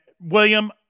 William